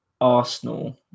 Arsenal